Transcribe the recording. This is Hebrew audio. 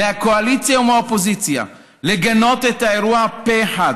מהקואליציה ומהאופוזיציה, לגנות את האירוע פה אחד.